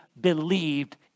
believed